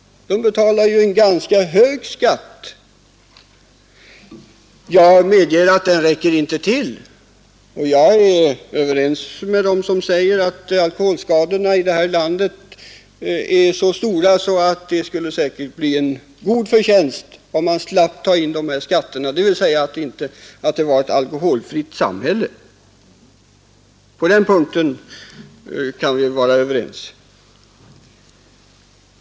De betalar en ganska hög skatt. Jag medger att den inte räcker till. Jag är ense med dem som säger att alkoholskadorna här i landet är så stora att det säkert skulle bli en god förtjänst om man slapp ta in dessa skatter, dvs. om vi fick ett alkoholfritt samhälle. På den punkten kan vi vara överens.